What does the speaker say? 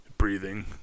Breathing